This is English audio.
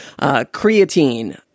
Creatine